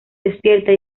despierta